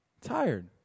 tired